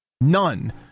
none